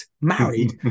Married